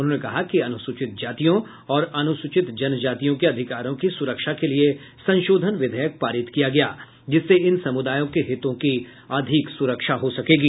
उन्होंने कहा कि अनुसूचित जातियों और अनुसूचित जनजातियों के अधिकारों की सुरक्षा के लिए संशोधन विधेयक पारित किया गया जिससे इन सम्रदायों के हितों की अधिक सुरक्षा हो सकेगी